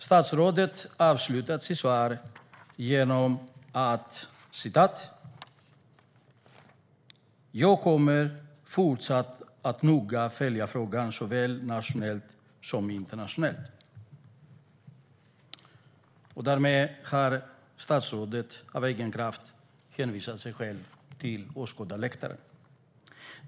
Statsrådet avslutar sitt svar genom att säga: "Jag kommer fortsatt att noga följa frågan såväl nationellt som internationellt." Därmed har statsrådet av egen kraft hänvisat sig själv till åskådarläktaren.